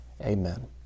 Amen